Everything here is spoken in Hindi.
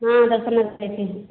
हाँ दर्शन नगर देखे हैं